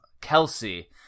Kelsey